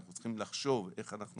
אנחנו צריכים לחשוב איך אנחנו